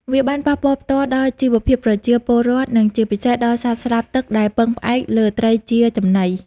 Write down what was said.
វាបានប៉ះពាល់ផ្ទាល់ដល់ជីវភាពប្រជាពលរដ្ឋ និងជាពិសេសដល់សត្វស្លាបទឹកដែលពឹងផ្អែកលើត្រីជាចំណី។